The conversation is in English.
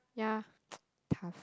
yeah tough